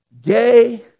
gay